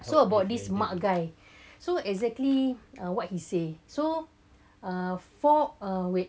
so about this mark guy so exactly what he say so err for a wait